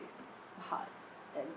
hard and